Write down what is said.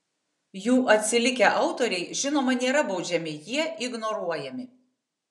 jų atsilikę autoriai žinoma nėra baudžiami jie ignoruojami